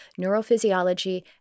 neurophysiology